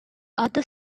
other